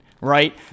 right